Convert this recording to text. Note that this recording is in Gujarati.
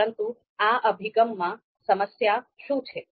પરંતુ આ અભિગમમાં સમસ્યા શું છે